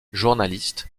journaliste